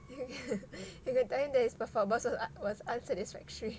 you ca~ you can tell him that his performance was un~ was unsatisfactory